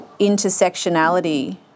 Intersectionality